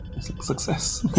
Success